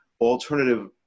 alternative